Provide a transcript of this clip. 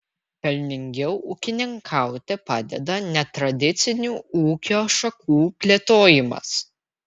pelningiau ūkininkauti padeda netradicinių ūkio šakų plėtojimas